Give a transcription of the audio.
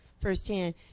firsthand